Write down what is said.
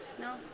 No